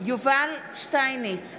יובל שטייניץ,